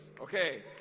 Okay